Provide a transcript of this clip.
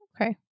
okay